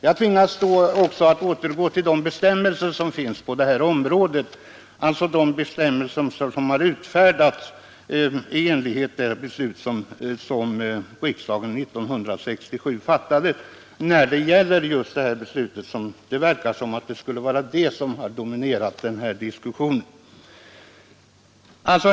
Jag skall redogöra för de tillämpningsbestämmelser som finns på området och som har utfärdats i enlighet med det beslut riksdagen fattade år 1967. Det verkar som om just det beslutet har dominerat den här diskussionen.